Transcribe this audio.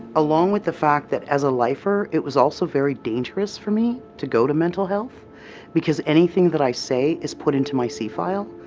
along with the fact that as a lifer, it was also very dangerous for me to go to mental health because anything that i say is put into my c file,